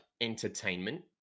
entertainment